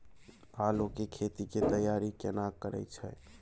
आलू के खेती के तैयारी केना करै छै?